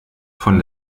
von